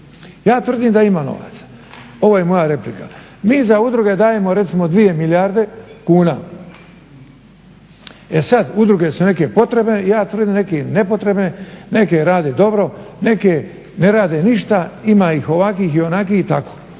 Ja tvrdim da ima novaca. Ovo je moja replika. Mi za udruge dajemo recimo 2 milijarde kuna. E sad, udruge su neke potrebne, ja tvrdim neke nepotrebne, neke rade dobro, neke ne rade ništa. Ima ih ovakvih i onakvih i tako.